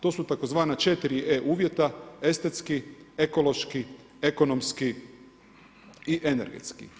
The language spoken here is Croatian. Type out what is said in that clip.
To su tzv. 4 e uvjeta, estetski, ekološki, ekonomski i energetski.